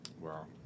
Wow